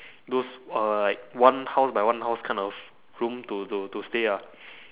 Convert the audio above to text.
those uh like one house by one house kind of room to to to stay ah